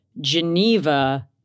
Geneva